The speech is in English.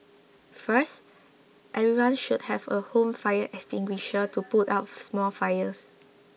first everyone should have a home fire extinguisher to put out small fires